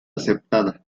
aceptada